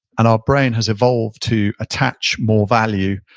and our brain has evolved to attach more value.